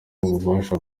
bubasha